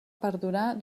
perdurar